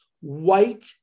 white